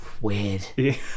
Weird